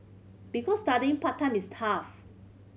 because studying part time is tough